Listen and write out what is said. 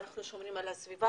אנחנו שומרים על הסביבה,